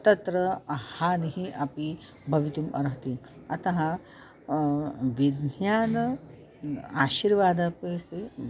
तत्र हानिः अपि भवितुम् अर्हति अतः विज्ञानम् आशीर्वादपि अस्ति